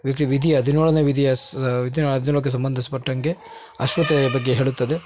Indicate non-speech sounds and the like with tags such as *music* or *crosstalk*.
wiki ವಿಧಿ ಹದಿನೇಳನೇ ವಿಧಿಯ ಸ್ *unintelligible* ಸಂಬಂಧಿಸ್ಪಟ್ಟಂಗೆ ಅಶ್ಪತೇ ಬಗ್ಗೆ ಹೇಳುತ್ತದೆ